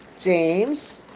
James